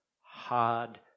hard